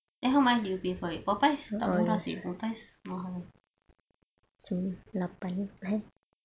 nevermind you pay for it Popeyes berapa price Popeyes